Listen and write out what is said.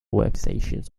workstations